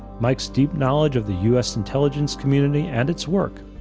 mike's deep knowledge of the u. s. intelligence community and its work,